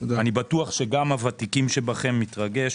אני בטוח שגם הוותיקים שבכם מתרגשים,